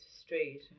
straight